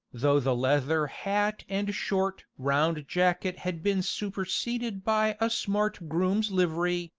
though the leather hat and short, round jacket had been superseded by a smart groom's livery,